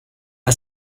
are